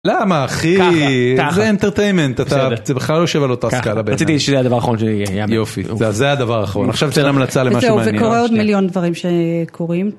למה אחי? זה אנטרטיימנט, אתה, זה בכלל יושב על אותה סקאלה ביניהם. רציתי שזה היה הדבר האחרון שיהיה. יופי, אז זה היה הדבר האחרון. עכשיו תן המלצה למשהו מעניין. זהו, וקורה עוד מיליון דברים שקורים.